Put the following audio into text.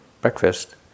breakfast